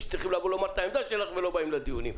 שצריכים לבוא לומר את העמדה שלהם ולא באים לדיונים.